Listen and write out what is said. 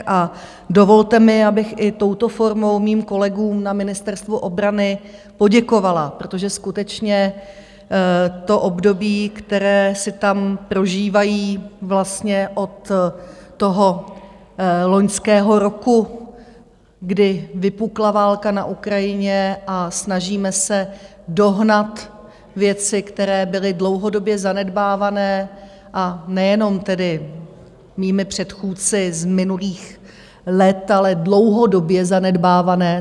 A dovolte mi, abych i touto formou mým kolegům na Ministerstvu obrany poděkovala, protože skutečně to období, které si tam prožívají od toho loňského roku, kdy vypukla válka na Ukrajině, se snažíme dohnat věci, které byly dlouhodobě zanedbávané, a nejenom tedy mými předchůdci z minulých let, ale dlouhodobě zanedbávané.